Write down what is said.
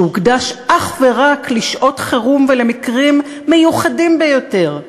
שהוקדש אך ורק לשעות חירום ולמקרים מיוחדים ביותר?